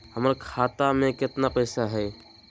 हमर खाता मे केतना पैसा हई?